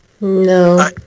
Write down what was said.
No